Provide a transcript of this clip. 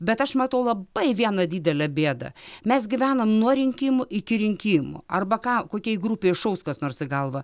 bet aš matau labai vieną didelę bėdą mes gyvenam nuo rinkimų iki rinkimų arba ką kokiai grupei šaus kas nors į galvą